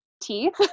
teeth